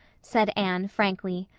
said anne, frankly.